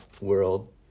world